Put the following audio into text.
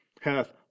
hath